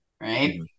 right